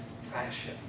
fashion